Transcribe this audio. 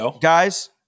guys